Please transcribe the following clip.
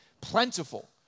plentiful